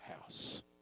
house